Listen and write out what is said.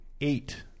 eight